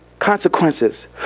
Consequences